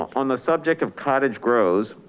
on the subject of cottage grows,